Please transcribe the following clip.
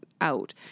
out